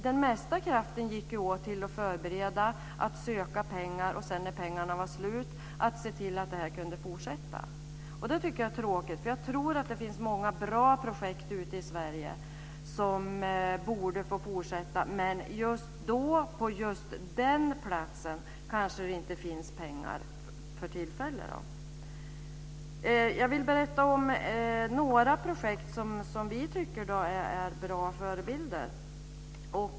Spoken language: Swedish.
Den mesta kraften gick åt till att förbereda att söka pengar och när sedan pengarna var slut se till att projektet kunde fortsätta. Jag tycker att det är tråkigt. Jag tror att det finns många bra projekt ute i Sverige som borde få fortsätta men att det just då och på just den platsen kanske inte finns pengar för tillfället. Jag vill berätta om några projekt som vi tycker är bra förebilder.